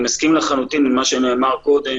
אני מסכים לחלוטין עם מה שנאמר קודם,